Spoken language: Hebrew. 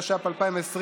התש"ף 2020,